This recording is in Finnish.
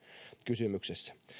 kysymyksessä